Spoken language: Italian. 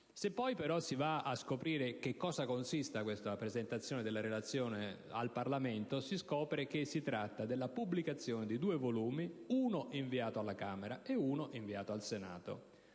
Se però si va a vedere in cosa consista la presentazione di tale Relazione al Parlamento, si scopre che si tratta della pubblicazione di due volumi, uno inviato alla Camera dei deputati, uno al Senato.